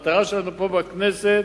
המטרה שלנו פה בכנסת